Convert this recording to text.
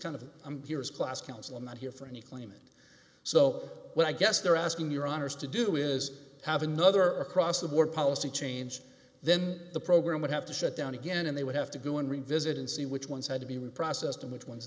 kind of i'm here's class counsel i'm not here for any claimant so what i guess they're asking your honour's to do is have another across the board policy change then the program would have to shut down again and they would have to go and revisit and see which ones had to be reprocessed and which ones